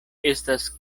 estas